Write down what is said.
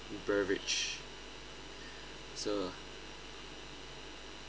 beverage so